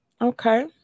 Okay